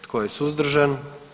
Tko je suzdržan?